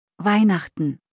Weihnachten